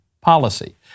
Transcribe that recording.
policy